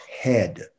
head